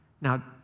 Now